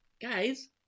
guys